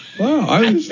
Wow